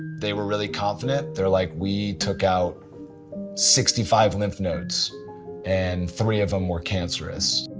they were really confident, they're like we took out sixty five lymph nodes and three of them were cancerous.